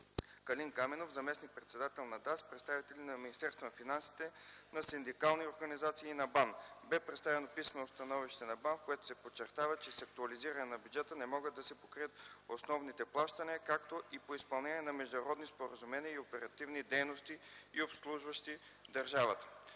агенция за закрила на детето, представители на Министерството на финансите, на синдикални организации и на БАН. Бе представено писмено становище на БАН, в което се подчертава, че с актуализиране на бюджета не могат да се покрият основните плащания, както и по изпълнение на международни споразумения и оперативни дейности, обслужващи държавата.